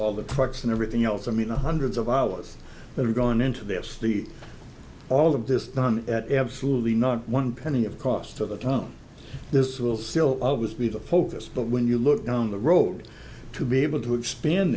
all the products and everything else i mean hundreds of hours that are going into this the all of this done at absolutely not one penny of cost to the town this will still be the focus but when you look down the road to be able to expand